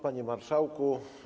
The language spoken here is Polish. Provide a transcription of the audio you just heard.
Panie Marszałku!